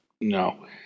No